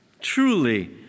truly